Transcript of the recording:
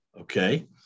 Okay